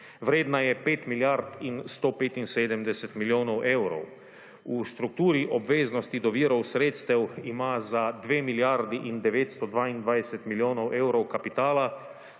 Vredna je 5 milijard in 175 milijonov evrov. V strukturi obveznosti do virov sredstev ima za 2 milijardi in 922 milijonov evrov kapitala,